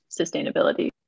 sustainability